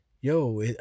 yo